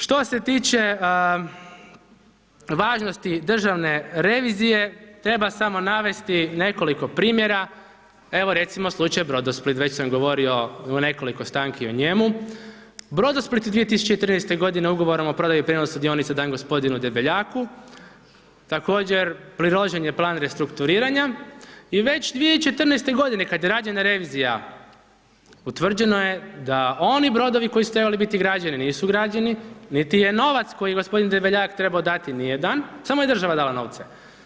Što se tiče važnosti državne revizije treba samo navesti nekoliko primjera, evo recimo slučaj Brodosplit, već sam govorio u nekoliko stanki o njemu, Brodosplit 2014. godine ugovorom o prodaji prijenosa dionica dan gospodinu Debeljaku, također priložen je plan restrukturiranja i već 2014. godine kad je rađena revizija utvrđeno je da oni brodovi koji su trebali biti građeni, nisu građeni, niti je novac koji je gospodin Debeljak trebao dati, nije dan, samo je država dala novce.